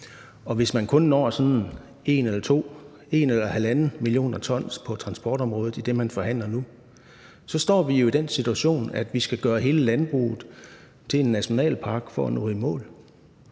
og hvis man kun når sådan 1 mio. t eller 1,5 mio. t på transportområdet i det, man forhandler nu, står vi jo i den situation, at vi skal gøre hele landbruget til en nationalpark for at nå i mål,